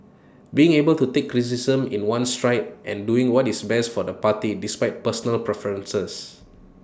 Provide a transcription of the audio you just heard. being able to take criticism in one's stride and doing what is best for the party despite personal preferences